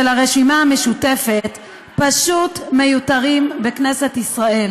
הרשימה המשותפת פשוט מיותרים בכנסת ישראל.